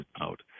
out